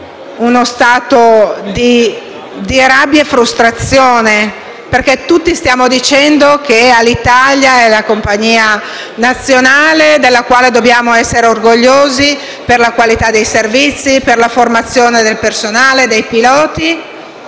uno stato di rabbia e frustrazione, perché tutti stiamo dicendo che Alitalia è la compagnia nazionale della quale dobbiamo essere orgogliosi per la qualità dei servizi, per la formazione del personale e dei piloti.